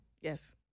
Yes